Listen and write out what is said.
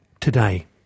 today